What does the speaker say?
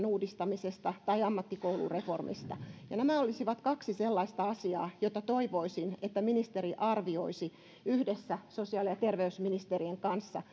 uudistamisesta tai ammattikoulureformista nämä olisivat kaksi sellaista asiaa joita toivoisin että ministeri arvioisi yhdessä sosiaali ja terveysministerin kanssa